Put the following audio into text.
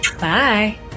Bye